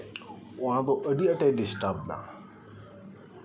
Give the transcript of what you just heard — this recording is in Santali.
ᱚᱱᱟ ᱫᱚ ᱟᱹᱰᱤ ᱟᱸᱴᱮ ᱰᱤᱥᱴᱟᱵᱽ ᱮᱫᱟ